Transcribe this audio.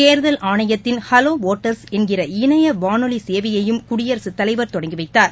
தேர்தல் ஆணையத்தின் hello voters என்கிற இணைய வானொலி சேவையையும் குடியரசுத் தலைவர் தொடங்கி வைத்தார்